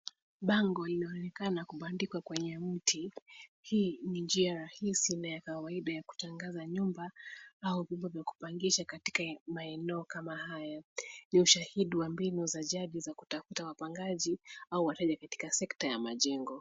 Bango inaonekana kubandikwa kwenye mti hii ni njia rahisi na ya kawaida kutangaza nyumba au vyombo vya kupangisha katika maeneo kama haya ni ushahidi wa mbinu za jadi za kutafuta wapangaji au wateja katika sekta ya majengo.